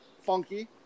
funky